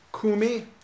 Kumi